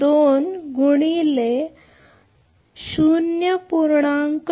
2 गुणिले 0